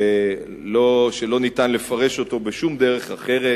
שלא ניתן לפרש אותו בשום דרך אחרת,